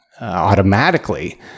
automatically